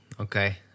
Okay